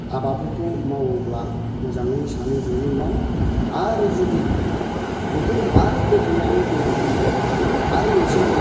आबादफोरखौ मावोब्ला मोजाङै सानै हयै माव आरो जुदि बेखौ आरो बोखांनायनि उनाव आरो मोनसे